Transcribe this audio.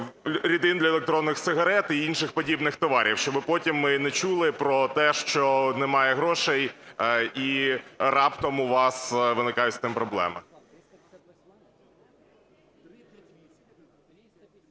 рідин для електронних сигарет і інших подібних товарів, щоб потім ми не чули про те, що немає грошей і раптом у вас виникає з тим проблема.